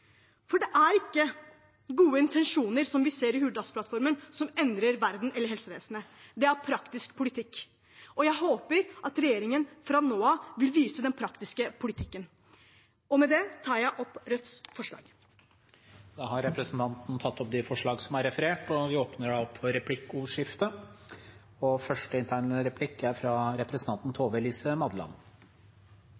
For det er ikke gode intensjoner – som vi ser i Hurdalsplattformen – som endrer verden eller helsevesenet, det er praktisk politikk som gjør det. Og jeg håper at regjeringen fra nå av vil vise den praktiske politikken. Med det tar jeg opp Rødts forslag. Representanten Seher Aydar har tatt opp de